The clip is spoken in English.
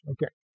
Okay